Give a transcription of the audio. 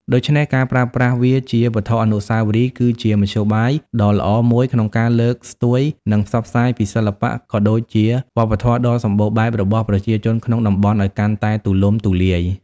ដូច្នេះ ការប្រើប្រាស់វាជាវត្ថុអនុស្សាវរីយ៍ គឺជាមធ្យោបាយដ៏ល្អមួយក្នុងការលើកស្ទួយ និងផ្សព្វផ្សាយពីសិល្បៈ ក៏ដូចជាវប្បធម៌ដ៏សម្បូរបែបរបស់ប្រជាជនក្នុងតំបន់ឱ្យកាន់តែទូលំទូលាយ។